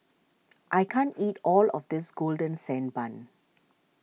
I can't eat all of this Golden Sand Bun